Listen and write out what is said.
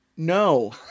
No